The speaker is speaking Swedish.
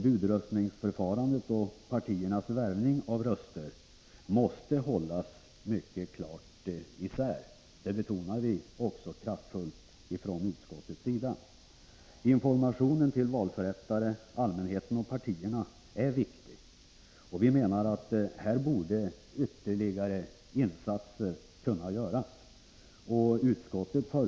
Budröstningsförfarandet och partiernas värvning av röster måste hållas mycket klart isär. Detta betonas också mycket kraftigt av utskottet. Informationen till valförrättarna, allmänheten och partierna är viktig, och vi menar att ytterligare insatser borde kunna göras på det området.